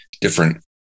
different